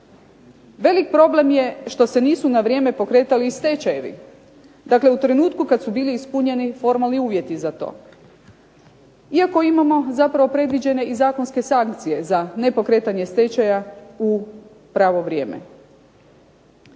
Velik problem je što se nisu na vrijeme pokretali i stečajevi, dakle u trenutku kad su bili ispunjeni formalni uvjeti za to, iako imamo zapravo predviđene i zakonske sankcije za nepokretanje stečaja u pravo vrijeme.